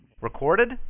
Recorded